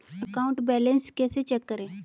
Account balance कैसे check करें?